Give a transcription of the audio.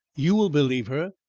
you will believe her,